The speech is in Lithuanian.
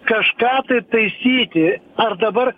kažką tai taisyti ar dabar